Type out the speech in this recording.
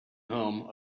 home